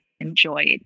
enjoyed